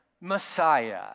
Messiah